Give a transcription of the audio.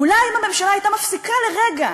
אולי אם הייתה הממשלה מפסיקה לרגע